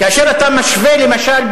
כאשר אתה משווה למשל,